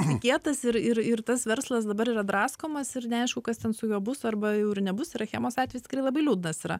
tikėtasi ir ir ir tas verslas dabar yra draskomas ir neaišku kas ten su juo bus arba jau ir nebus ir achemos atvejis tikrai labai liūdnas yra